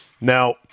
Now